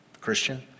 Christian